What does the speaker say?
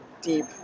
deep